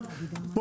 והם